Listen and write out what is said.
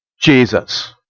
Jesus